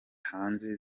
hanze